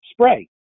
spray